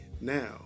now